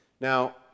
Now